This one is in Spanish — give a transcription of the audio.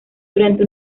durante